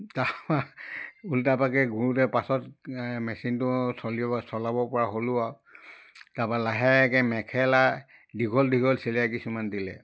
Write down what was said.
তাপা ওলোটা পাকে ঘূৰোঁতে পাছত মেচিনটো চলিব চলাব পৰা হ'লোঁ আৰু তাপা লাহেকৈ মেখেলাৰ দীঘল দীঘল চিলাই কিছুমান দিলে